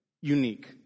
unique